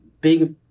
big